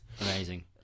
amazing